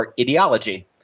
ideology